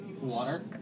Water